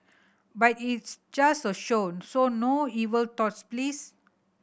but it's just a show so no evil thoughts please